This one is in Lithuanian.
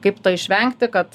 kaip to išvengti kad